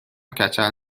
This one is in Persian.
کچل